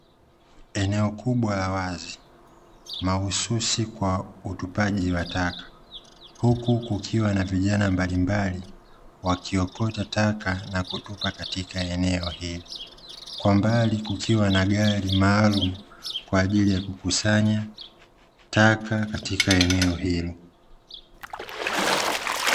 Eneo kubwa la wazi, mahususi kwa utupaji wa taka huku, kukiwa na vijana mbalimbali wakiokota taka na kutupa katika eneo hili. Kwa mbali, kukiwa na gari maalumu kwa ajili ya kukusanya taka katika eneo hili.